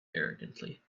arrogantly